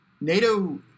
NATO